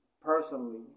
personally